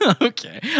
Okay